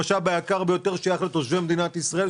המשאב היקר ביותר שייך לתושבי מדינת ישראל.